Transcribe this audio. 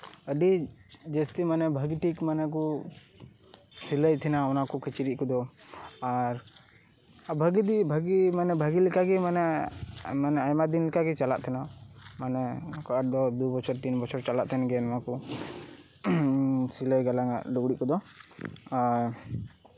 ᱟᱹᱰᱤ ᱡᱟᱹᱥᱛᱤ ᱢᱟᱱᱮ ᱵᱷᱟᱜᱮ ᱴᱷᱤᱠ ᱢᱟᱱᱮ ᱠᱚ ᱥᱤᱞᱟᱹᱭ ᱛᱟᱦᱮᱱᱟ ᱚᱱᱟ ᱠᱚ ᱠᱤᱪᱨᱤᱪ ᱠᱚᱫᱚ ᱟᱨ ᱵᱷᱟᱜᱮ ᱫᱤᱠ ᱵᱷᱟᱜᱮ ᱢᱟᱱᱮ ᱵᱷᱟᱜᱮ ᱞᱮᱠᱟᱜᱮ ᱢᱟᱱᱮ ᱢᱟᱱᱮ ᱟᱭᱢᱟ ᱫᱤᱱ ᱞᱮᱠᱟᱜᱮ ᱪᱟᱞᱟᱜ ᱠᱟᱱᱟ ᱢᱟᱱᱮ ᱚᱠᱟ ᱫᱚ ᱫᱩ ᱵᱚᱪᱷᱚᱨ ᱛᱤᱱ ᱵᱚᱪᱷᱚᱨ ᱪᱟᱞᱟᱜ ᱛᱟᱦᱮᱱ ᱜᱮ ᱱᱚᱣᱟ ᱠᱚ ᱥᱤᱞᱟᱹᱭ ᱜᱟᱞᱟᱝᱼᱟᱜ ᱞᱩᱜᱽᱲᱤᱡ ᱠᱚᱫᱚ ᱟᱨ